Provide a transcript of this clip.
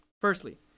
Firstly